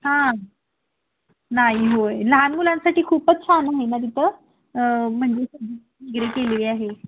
हां नाही होय लहान मुलांसाठी खूपच छान आहे ना तिथं म्हणजे केलेली आहे